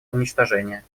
уничтожения